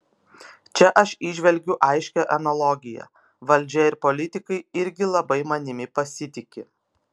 čia aš įžvelgiu aiškią analogiją valdžia ir politikai irgi labai manimi pasitiki